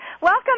Welcome